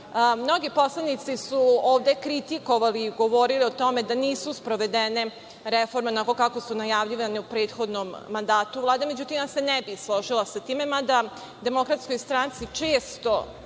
poslanici su ovde kritikovali i govorili o tome da nisu sprovedene reforme onako kako su najavljivane u prethodnom mandatu Vlade. Međutim, ja se ne bih složila sa time, mada DS često